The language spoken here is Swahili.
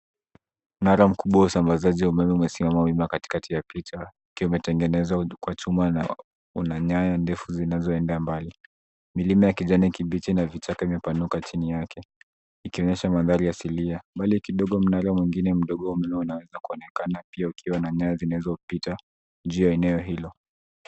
Mnara mkubwa wa usambazaji wa umeme umesimama wima katikati ya picha ukiwa umetengenezwa kwa chuma na una nyaya ndefu zinazoenda mbali. Milima ya kijani kibichi na vichaka imepanuka chini yake, ikionyesha mandhari asilia. Mbali kidogo mnara mwingine mdogo unaweza kuonekana, pia ukiwa na nyaya zilizopita juu ya eneo hilo.